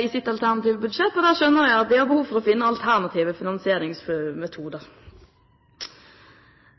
i sitt alternative budsjett, og da skjønner jeg at de har behov for å finne alternative finansieringsmetoder.